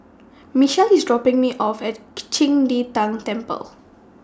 Michelle IS dropping Me off At Qing De Tang Temple